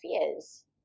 fears